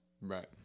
Right